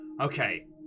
Okay